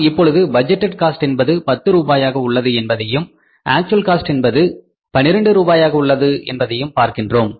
நாம் இப்பொழுது budgeted cost என்பது பத்து ரூபாயாக உள்ளது என்பதையும் ஆக்ச்வல் காஸ்ட் என்பது 12 ரூபாயாக உள்ளதையும் பார்க்கின்றோம்